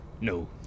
no